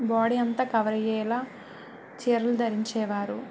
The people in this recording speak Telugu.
బాడీ అంతా కవర్ అయ్యేలాగా చీరలు ధరించేవారు